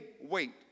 wait